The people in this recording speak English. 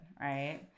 right